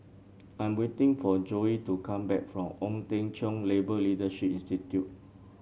I am waiting for Zoie to come back from Ong Teng Cheong Labour Leadership Institute